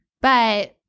But-